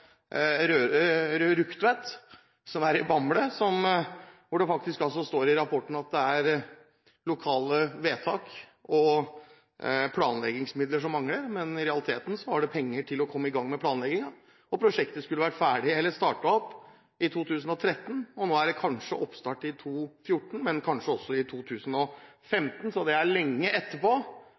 i Bamble, hvor det faktisk står i rapporten at det er lokale vedtak og planleggingsmidler som mangler, men i realiteten manglet de penger til å komme i gang med planleggingen. Prosjektet skulle ha startet opp i 2013, og nå er det kanskje oppstart i 2014 – men kanskje også i 2015. Så det er lenge